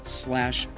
slash